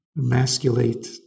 emasculate